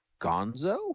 Gonzo